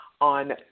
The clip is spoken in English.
on